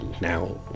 now